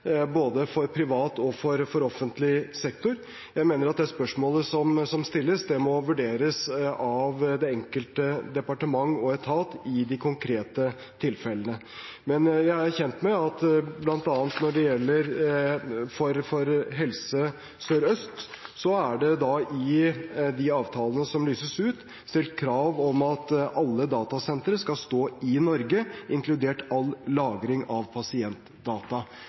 både for privat og for offentlig sektor. Jeg mener at det spørsmålet som stilles, må vurderes av det enkelte departement og den enkelte etat i de konkrete tilfellene. Men jeg er kjent med at når det gjelder bl.a. Helse Sør-Øst, er det i de avtalene som lyses ut, stilt krav om at alle datasentre skal stå i Norge, inkludert all lagring av pasientdata.